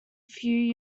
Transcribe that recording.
few